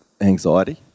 anxiety